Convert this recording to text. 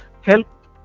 help